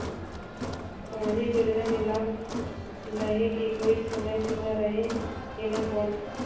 समाजिक योजना मे लाभ लहे के कोई समय सीमा रहे एला कौन?